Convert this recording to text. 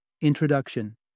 Introduction